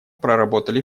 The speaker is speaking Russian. проработали